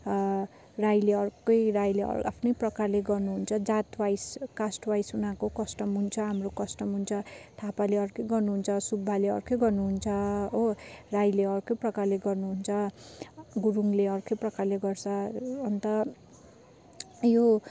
राईले अर्कै राईले आफ्नै प्रकारले गर्नुहुन्छ जात वाइज कास्ट वाइस उनीहरूको कस्टम हुन्छ हाम्रो कस्टम हुन्छ थापाले अर्कै गर्नुहुन्छ सुब्बाले अर्कै गर्नुहुन्छ हो राईले अर्कै प्रकारले गर्नुहुन्छ गुरुङले अर्कै प्रकारले गर्छ अन्त यो